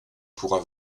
pourras